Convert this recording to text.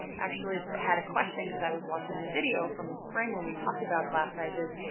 actually i had a question, cause i was watching the video from the spring, when we talked about class sizes.